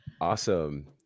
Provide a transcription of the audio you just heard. Awesome